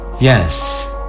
Yes